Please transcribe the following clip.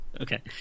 Okay